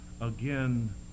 Again